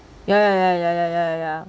ya ya ya ya ya